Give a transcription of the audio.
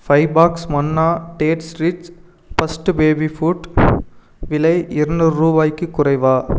five box Manna dates rich first baby food விலை இருநூறு ரூபாய்க்கு குறைவா